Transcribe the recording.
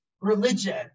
religion